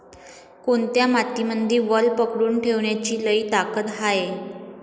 कोनत्या मातीमंदी वल पकडून ठेवण्याची लई ताकद हाये?